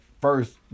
first